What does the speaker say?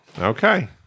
Okay